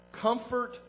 Comfort